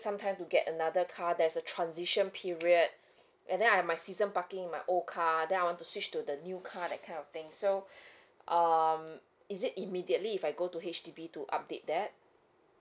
some time to get another car there's a transition period and then uh my season parking my old car then I want to switch to the new car that kind of thing so um is it immediately if I go to H_D_B to update that